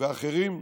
ואחרים: